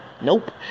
Nope